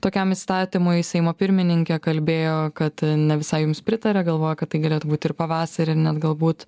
tokiam įstatymui seimo pirmininkė kalbėjo kad ne visai jums pritaria galvoja kad tai galėtų būti ir pavasarį ir net galbūt